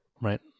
right